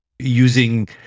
using